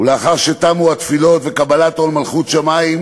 ולאחר שתמו התפילות וקיבלו עול מלכות שמים,